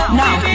now